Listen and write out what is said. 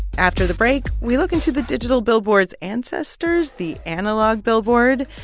after the break, we look into the digital billboard's ancestors the analog billboard.